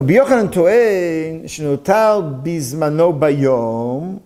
רבי יוחנן טוען שנותר בזמנו ביום